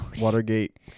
Watergate